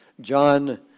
John